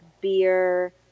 beer